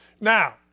Now